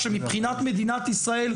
שמבחינת מדינת ישראל,